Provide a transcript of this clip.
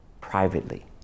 privately